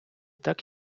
так